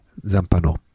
Zampano